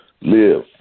Live